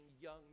young